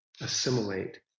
assimilate